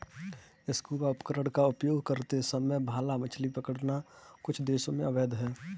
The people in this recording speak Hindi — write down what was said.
स्कूबा उपकरण का उपयोग करते समय भाला मछली पकड़ना कुछ देशों में अवैध है